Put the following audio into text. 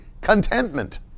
Contentment